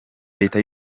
leta